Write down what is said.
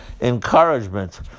encouragement